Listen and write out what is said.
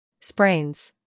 Sprains